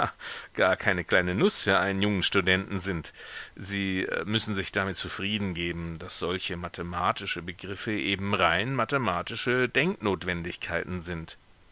gar keine kleine nuß für einen jungen studenten sind sie müssen sich damit zufrieden geben daß solche mathematische begriffe eben rein mathematische denknotwendigkeiten sind